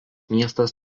miestas